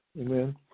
Amen